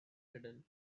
hidden